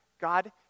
God